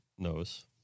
knows